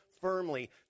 firmly